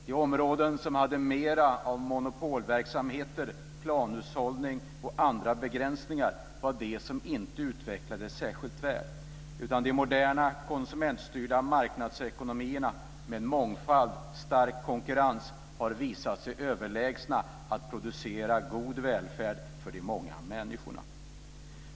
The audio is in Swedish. De områden som hade mera av monopolverksamheter, planhushållning och andra begränsningar var de som inte utvecklades särskilt väl, medan de moderna konsumentstyrda marknadsekonomierna med en mångfald stark konkurrens har visat sig överlägsna att producera god välfärd för de många människorna.